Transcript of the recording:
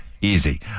easy